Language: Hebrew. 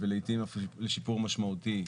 ולעיתים אף לשיפור משמעותי,